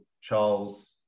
Charles